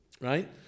right